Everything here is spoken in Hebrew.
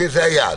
זה היעד.